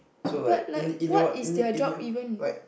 but like what is their job even